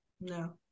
No